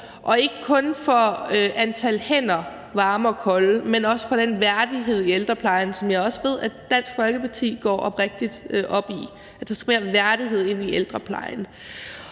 og ikke kun for antal hænder – varme og kolde – men også for den værdighed i ældreplejen, som jeg også ved Dansk Folkeparti går oprigtigt op i, altså at der skal mere værdighed ind i ældreplejen.